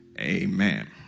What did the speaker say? amen